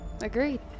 agreed